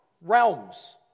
realms